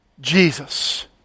Jesus